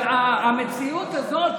אבל המציאות הזאת,